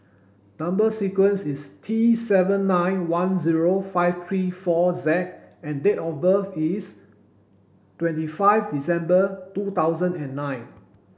number sequence is T seven nine one zero five three four Z and date of birth is twenty five December two thousand and nine